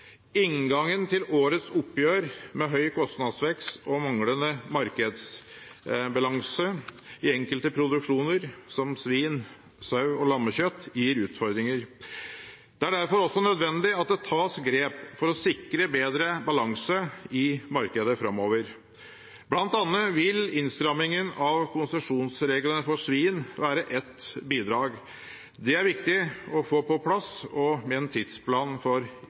Inngangen til årets oppgjør, med høy kostnadsvekst og manglende markedsbalanse i enkelte produksjoner, som svine-, saue- og lammekjøtt, gir utfordringer. Det er derfor også nødvendig at det tas grep for å sikre bedre balanse i markedet framover. Blant annet vil innstrammingen av konsesjonsreglene for svin være et bidrag. Det er viktig å få på plass – og med en tidsplan for